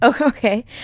Okay